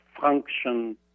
function